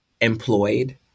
Employed